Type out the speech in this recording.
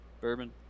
bourbon